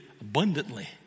abundantly